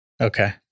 Okay